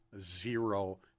zero